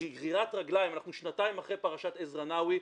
אנחנו שנתיים אחרי פרשת עזרא נאווי,